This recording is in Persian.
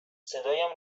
صدایم